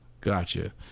gotcha